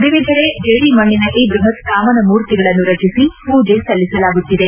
ವಿವಿಧೆಡೆ ಜೇಡಿಮಣ್ಣಿನಲ್ಲಿ ಬೃಹತ್ ಕಾಮನಮೂರ್ತಿಗಳನ್ನು ರಚಿಸಿ ಪೂಜೆ ಸಲ್ಲಿಸಲಾಗುತ್ತಿದೆ